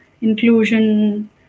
inclusion